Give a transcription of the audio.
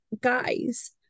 guys